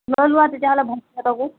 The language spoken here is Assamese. লৈ লোৱা তেতিয়াহ'লে